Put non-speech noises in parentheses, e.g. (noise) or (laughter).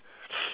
(noise)